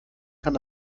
kann